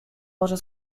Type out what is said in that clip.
może